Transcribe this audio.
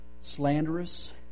slanderous